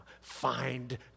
find